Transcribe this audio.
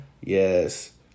Yes